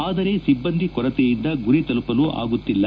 ಆದರೆ ಸಿಬ್ಲಂದಿ ಕೊರತೆಯಿಂದ ಗುರಿ ತಲುಪಲು ಆಗುತ್ತಿಲ್ಲ